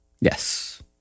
Yes